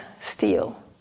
steal